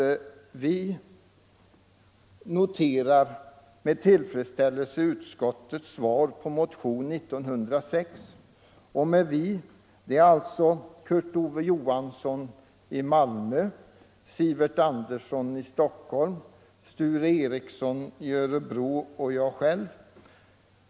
Vi noterar med tillfredsställelse utskottets svar på motionen 1906. Med vi” menar jag alltså Kurt Ove Johansson i Malmö, Sivert Andersson i Stockholm, Sture Ericson i Örebro och mig själv.